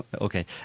Okay